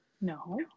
No